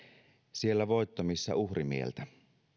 siellä voitto missä uhrimieltä